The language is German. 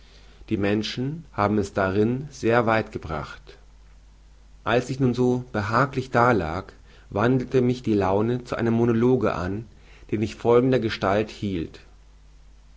die menschen haben es darin sehr weit gebracht als ich nun so behaglich da lag wandelte mich die laune zu einem monologe an den ich folgendergestalt hielt